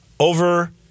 Over